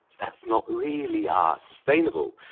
that's not really. ah sustainable.